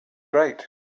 great